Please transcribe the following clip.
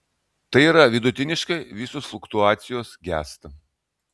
tai yra vidutiniškai visos fluktuacijos gęsta